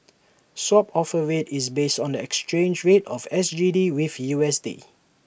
swap offer rate is based on the exchange rate of S G D with U S D